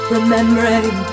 Remembering